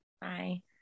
Bye